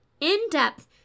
in-depth